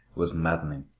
was maddening.